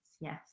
yes